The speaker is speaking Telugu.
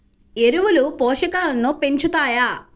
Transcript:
ఎరువులు పోషకాలను పెంచుతాయా?